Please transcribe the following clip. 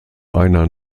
einer